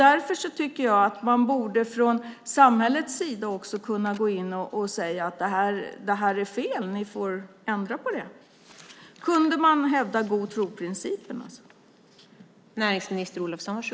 Därför tycker jag att man från samhällets sida borde kunna gå in och säga: Det här är fel, så ni får ändra på detta. Skulle man alltså kunna hävda principen om god tro?